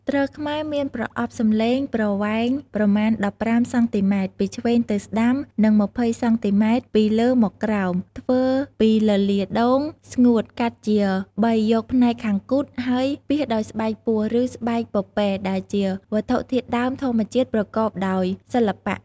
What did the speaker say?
ទ្រខ្មែរមានប្រអប់សំឡេងប្រវែងប្រមាណ ១៥ សង់ទីម៉ែត្រ. ពីឆ្វេងទៅស្តាំ និង ២០ សង់ទីម៉ែត្រ. ពីលើមកក្រោម ធ្វើពីលលាដ៍ដូងស្ងួតកាត់ជាបីយកផ្នែកខាងគូទហើយពាសដោយស្បែកពស់ឬស្បែកពពែដែលជាវត្ថុធាតុដើមធម្មជាតិប្រកបដោយសិល្បៈ។